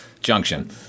Junction